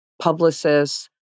publicists